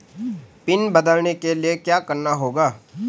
Pin बदलने के लिए क्या करना होगा?